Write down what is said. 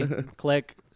click